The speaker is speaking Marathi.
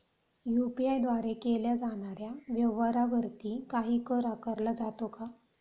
यु.पी.आय द्वारे केल्या जाणाऱ्या व्यवहारावरती काही कर आकारला जातो का?